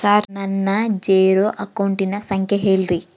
ನನ್ನ ಜೇರೊ ಅಕೌಂಟಿನ ಸಂಖ್ಯೆ ಹೇಳ್ರಿ?